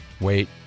wait